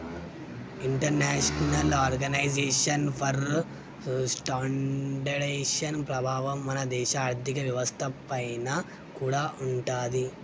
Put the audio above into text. international organisation for standardisation ప్రభావం మన దేశ ఆర్ధిక వ్యవస్థ పైన కూడా ఉంటాది